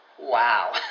wow